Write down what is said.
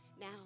now